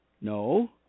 no